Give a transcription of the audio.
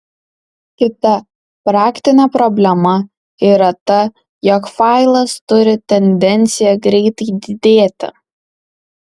kita praktinė problema yra ta jog failas turi tendenciją greitai didėti